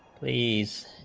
please